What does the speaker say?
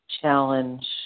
challenge